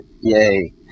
Yay